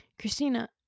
Christina